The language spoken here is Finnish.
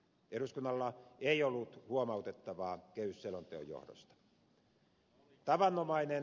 eduskunnalla ei ollut huomautettavaa kehysselonteon johdosta